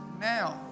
now